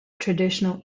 traditional